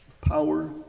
power